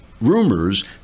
rumors